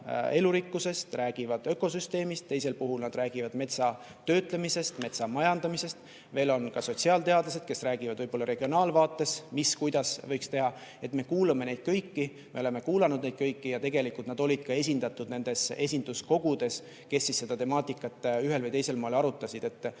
elurikkusest, ökosüsteemist, teisel puhul nad räägivad metsa töötlemisest, metsa majandamisest. Meil on ka sotsiaalteadlased, kes räägivad regionaalvaates, mida ja kuidas võiks teha. Nii et me kuulame neid kõiki, me oleme kuulanud neid kõiki ja tegelikult nad olid ka esindatud nendes esinduskogudes, kes seda temaatikat ühel või teisel moel arutasid.